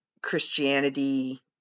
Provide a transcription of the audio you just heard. Christianity